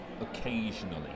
occasionally